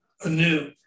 anew